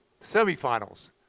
semifinals